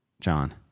John